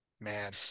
man